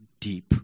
deep